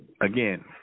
Again